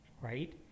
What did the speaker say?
right